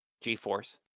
g-force